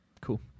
Cool